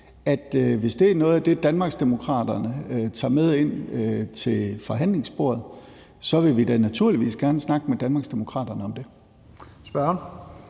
Hvis det er noget af det, Danmarksdemokraterne tager med ind til forhandlingsbordet, så vil vi da naturligvis gerne snakke med Danmarksdemokraterne om det.